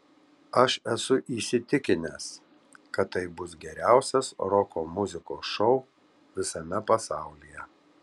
aš esu įsitikinęs kad tai bus geriausias roko muzikos šou visame pasaulyje